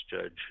judge